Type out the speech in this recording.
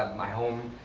my home,